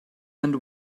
and